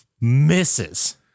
misses